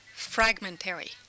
fragmentary